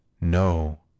No